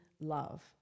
love